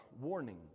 warning